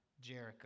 Jericho